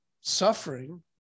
suffering